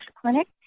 clinic